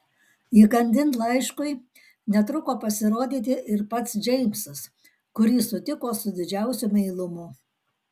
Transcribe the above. įkandin laiškui netruko pasirodyti ir pats džeimsas kurį sutiko su didžiausiu meilumu